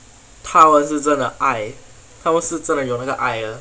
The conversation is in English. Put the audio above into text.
他们是真的爱他们是真的有那个爱